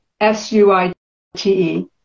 S-U-I-T-E